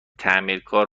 تعمیرکار